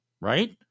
Right